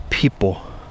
people